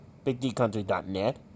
BigDCountry.net